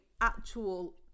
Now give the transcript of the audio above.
actual